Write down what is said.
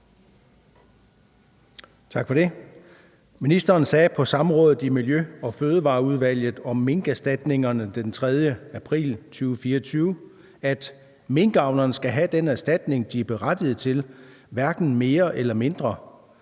Ministeren sagde på samrådet i Miljø- og Fødevareudvalget om minkerstatninger den 3. april 2024 , at »minkavlerne skal have den erstatning, de er berettiget til, hverken mere eller mindre«,